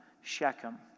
Shechem